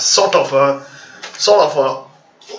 sort of a sort of a